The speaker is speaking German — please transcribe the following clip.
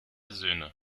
söhne